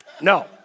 No